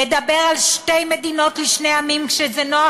לדבר על שתי מדינות לשני עמים כשזה נוח,